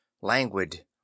languid